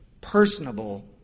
personable